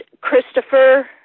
Christopher